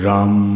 Ram